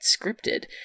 scripted